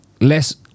less